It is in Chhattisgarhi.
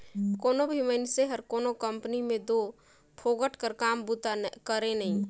कोनो भी मइनसे हर कोनो कंपनी में दो फोकट कर काम बूता करे नई